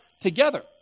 together